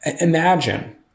Imagine